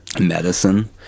Medicine